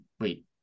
Wait